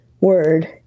word